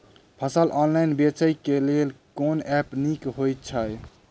फसल ऑनलाइन बेचै केँ लेल केँ ऐप नीक होइ छै?